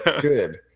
good